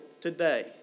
today